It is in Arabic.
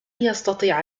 يستطيع